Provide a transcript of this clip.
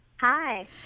Hi